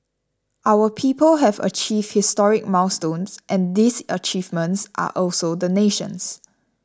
our people have achieved historic milestones and these achievements are also the nation's